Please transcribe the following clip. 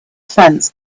fence